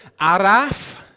Araf